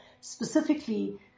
specifically